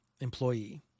employee